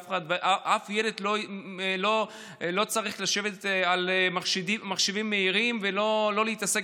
ואף ילד לא צריך לשבת על מחשב מהיר ולא להתעסק